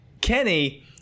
Kenny